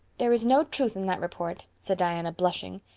there is no truth in that report, said diana, blushing.